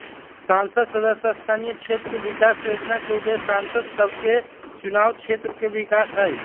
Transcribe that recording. संसद सदस्य स्थानीय क्षेत्र विकास जोजना के उद्देश्य सांसद सभके चुनाव क्षेत्र के विकास हइ